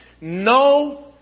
No